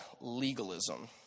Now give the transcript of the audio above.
legalism